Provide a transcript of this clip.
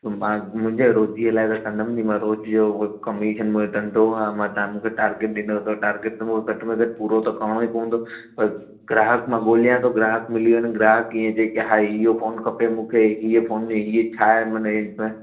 पोइ मां मुंहिंजे रोजीअ लाइ त कंदमि नी रोजी जो कंमीशन जो धंधो आहे तव्हां मूंखे टारगेट ॾिनो अथव टारगेट त मूंखे घटि में घटि पूरो त करणो ई पवंदो पर ग्राहक मां ॻोल्हियां थो ग्राहक मिली वञे ग्राहक कीअं जेके आहे हियो फ़ोन खपे मूंखे हीअं फ़ोन में हीअं छा आहे माने